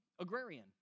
agrarian